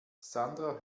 sandra